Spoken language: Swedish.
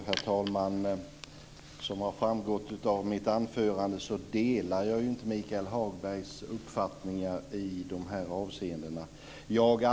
Herr talman! Som har framgått av mitt anförande delar jag inte Michael Hagbergs uppfattningar i de här avseendena.